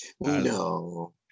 no